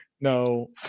No